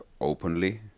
openly